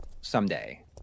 Someday